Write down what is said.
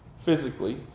physically